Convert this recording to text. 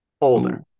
Older